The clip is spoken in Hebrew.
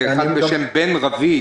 מישהו בשם בן רביד,